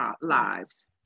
lives